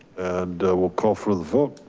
double call for the floor.